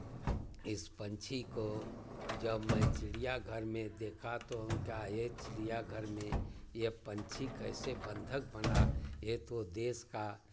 इस पंछी को जब मैं चिड़ियाघर में देखा तो हम कहा ये चिड़ियाघर में यह पंछी कैसे बंधक बना ये तो देश का